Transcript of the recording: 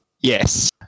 Yes